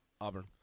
Auburn